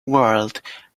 world